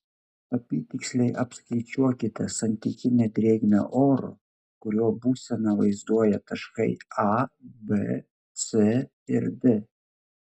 apytiksliai apskaičiuokite santykinę drėgmę oro kurio būseną vaizduoja taškai a b c ir d